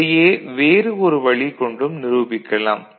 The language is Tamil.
இதையே வேறு ஒரு வழி கொண்டும் நிரூபிக்கலாம்